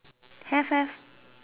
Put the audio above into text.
have have